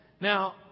Now